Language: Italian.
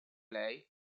lei